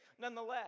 nonetheless